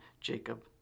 Jacob